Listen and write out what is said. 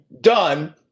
done